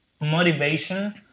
motivation